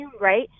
right